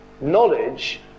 Knowledge